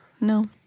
No